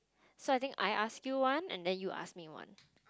so I think I ask you one and then you ask me one